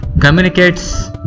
communicates